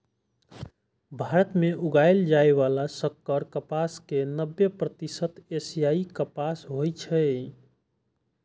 भारत मे उगाएल जाइ बला संकर कपास के नब्बे प्रतिशत एशियाई कपास होइ छै